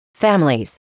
families